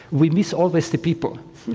we miss always the people,